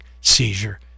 seizure